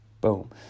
Boom